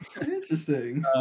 Interesting